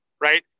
right